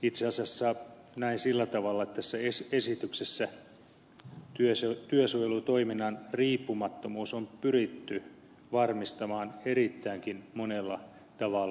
itse asiassa näen sillä tavalla että tässä esityksessä työsuojelutoiminnan riippumattomuus on pyritty varmistamaan erittäinkin monella tavalla